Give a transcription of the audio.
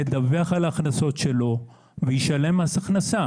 ידווח על ההכנסות שלו וישלם מס הכנסה.